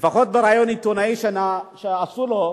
לפחות בריאיון עיתונאי שעשו לו,